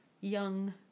young